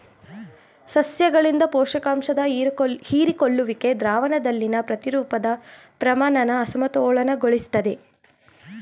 ಸಸ್ಯಗಳಿಂದ ಪೋಷಕಾಂಶದ ಹೀರಿಕೊಳ್ಳುವಿಕೆ ದ್ರಾವಣದಲ್ಲಿನ ಪ್ರತಿರೂಪದ ಪ್ರಮಾಣನ ಅಸಮತೋಲನಗೊಳಿಸ್ತದೆ